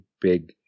big